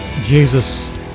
Jesus